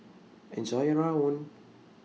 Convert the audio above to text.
Enjoy your Rawon